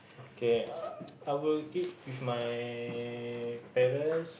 okay I will eat with my parents